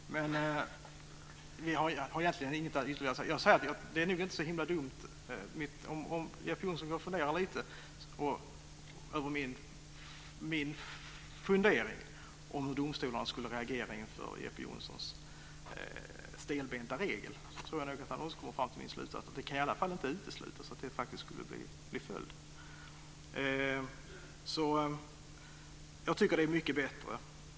Fru talman! Vi kan hålla på hela kvällen med detta. Jag har egentligen inget ytterligare att säga. Det vore inte så dumt om Jeppe Johnsson funderade lite på det jag sade om hur domstolarna skulle reagera inför hans stelbenta regel. Gör han det tror jag nog att han kommer till samma slutsats som jag. Det kan i alla fall inte uteslutas att det faktiskt skulle bli följden. Jag tycker att det är mycket bättre.